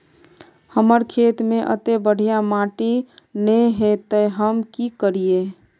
हमर खेत में अत्ते बढ़िया माटी ने है ते हम की करिए?